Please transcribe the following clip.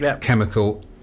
chemical